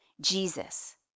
Jesus